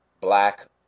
black